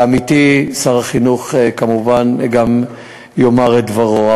ועמיתי שר החינוך כמובן גם יאמר את דברו.